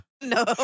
No